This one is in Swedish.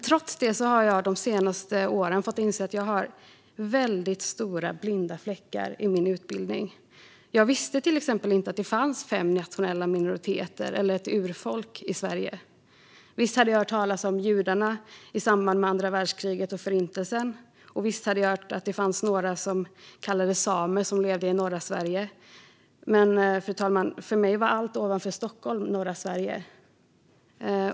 Trots det har jag de senaste åren fått inse att jag har stora blinda fläckar i min utbildning. Jag visste till exempel inte att det finns fem nationella minoriteter eller ett urfolk i Sverige. Visst hade jag hört talas om judarna i samband med andra världskriget och Förintelsen, och visst hade jag hört att fanns några som kallades samer och som levde i norra Sverige, men för mig, fru talman, var allt ovanför Stockholm norra Sverige.